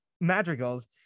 madrigals